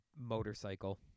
motorcycle